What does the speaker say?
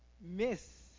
miss